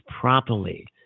properly